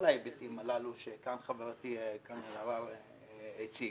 ההיבטים הללו שכאן חברתי קארין אלהרר הציגה.